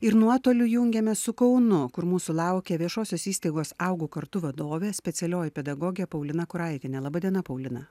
ir nuotoliu jungiamės su kaunu kur mūsų laukia viešosios įstaigos augu kartu vadovė specialioji pedagogė paulina kuraitienė laba diena paulina